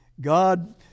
God